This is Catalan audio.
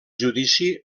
judici